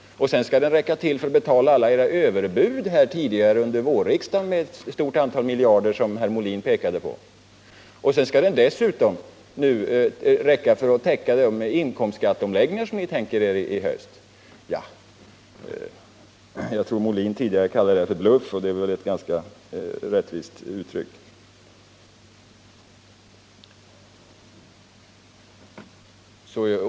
Och sedan skall den räcka till för att betala alla era överbud under vårriksdagen med ett stort antal miljarder, som Björn Molin pekade på. Dessutom skall den räcka för att täcka de inkomstskatteomläggningar som ni tänker er i höst. Jag tror att Björn Molin tidigare kallade detta för bluff, och det är väl ett ganska rättvist uttryck.